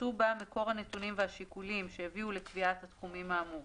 ויפורטו בה מקור הנתונים והשיקולים שהביאו לקביעת התחומים האמורים."